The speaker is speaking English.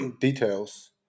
details